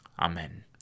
Amen